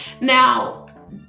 Now